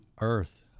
earth